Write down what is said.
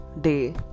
day